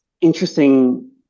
interesting